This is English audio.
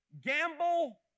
gamble